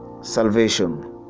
Salvation